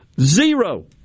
zero